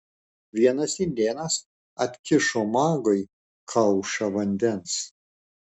vienas indėnas atkišo magui kaušą vandens